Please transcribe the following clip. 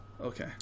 Okay